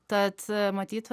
tad matyt